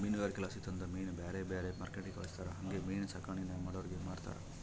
ಮೀನುಗಾರಿಕೆಲಾಸಿ ತಂದ ಮೀನ್ನ ಬ್ಯಾರೆ ಬ್ಯಾರೆ ಮಾರ್ಕೆಟ್ಟಿಗೆ ಕಳಿಸ್ತಾರ ಹಂಗೆ ಮೀನಿನ್ ಸಾಕಾಣಿಕೇನ ಮಾಡೋರಿಗೆ ಮಾರ್ತಾರ